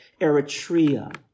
Eritrea